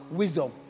wisdom